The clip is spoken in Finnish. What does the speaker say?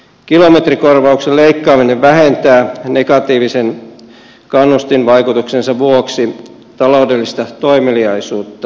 kilometrikorvauksen leikkaaminen vähentää negatiivisen kannustinvaikutuksensa vuoksi taloudellista toimeliaisuutta